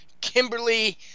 Kimberly